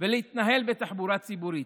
ולהתנהל בתחבורה ציבורית,